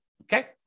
okay